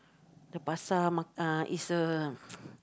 the pasar-malam is a